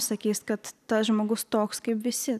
sakys kad tas žmogus toks kaip visi